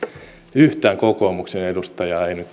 yhtään kokoomuksen edustajaa ei nyt